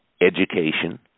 education